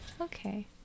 Okay